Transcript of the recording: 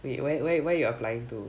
wait where where you where you applying to